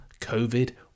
covid